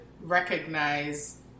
recognize